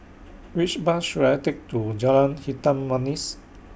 Which Bus should I Take to Jalan Hitam Manis